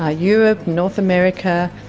ah europe, north america,